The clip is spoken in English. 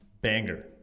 Banger